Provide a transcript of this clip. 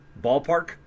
Ballpark